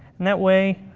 that way,